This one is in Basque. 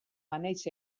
banaiz